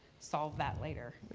solved that later?